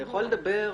אתה יכול לדבר חופשי.